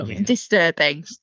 disturbing